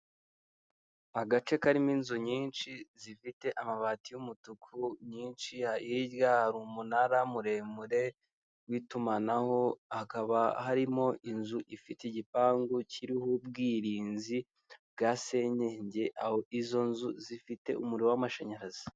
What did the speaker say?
Agace karimo inzu nyinshi zifite amabati y'umutuku nyinshi, hirya hari umunara muremure w'itumanaho hakaba harimo inzu ifite igipangu kiriho ubwirinzi bwa senyenge, izo nzu zifite umuriro w'amashanyarazi.